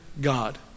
God